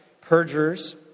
perjurers